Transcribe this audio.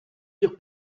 dire